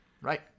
Right